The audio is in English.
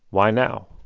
why now?